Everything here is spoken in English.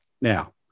Now